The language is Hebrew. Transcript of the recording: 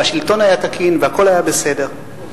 והשלטון היה תקין והכול היה בסדר.